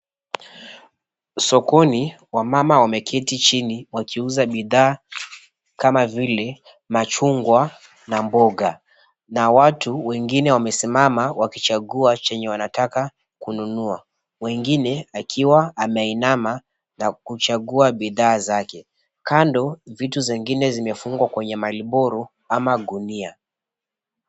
Sokoni wamama wameketi chini wakiuza bidhaa kama vile machungwa na mboga na watu wengine wamesimama wakichagua chenye wanataka kununua. Mwengine akiwa ameinama na kuchagua bidhaa zake. Kando vitu zingine zimefungwa kwenye maliboru ama gunia.